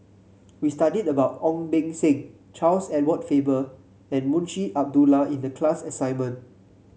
we studied about Ong Beng Seng Charles Edward Faber and Munshi Abdullah in the class assignment